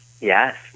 Yes